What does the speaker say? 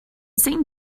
same